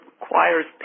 requires